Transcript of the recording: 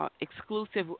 exclusive